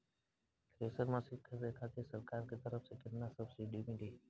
Thresher machine खरीदे खातिर सरकार के तरफ से केतना सब्सीडी मिली?